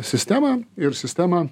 sistemą ir sistemą